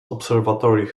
observatory